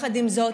עם זאת,